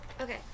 okay